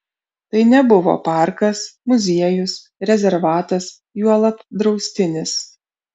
tai nebuvo parkas muziejus rezervatas juolab draustinis